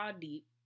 deep